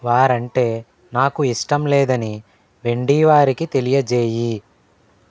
వారంటే నాకు ఇష్టం లేదని వెండీ వారికి తెలియజేయి